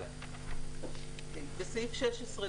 נקרא את התיקון לסעיף 16.